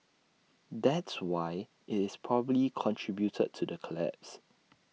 that's why IT is probably contributed to the collapse